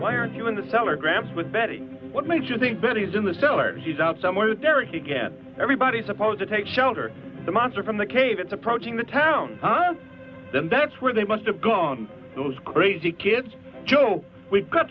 why are you in the cellar gramps but betty what makes you think that he's in the cellar he's out somewhere there again everybody supposed to take shelter the monster from the cave it's approaching the town then that's where they must've gone those crazy kids we've got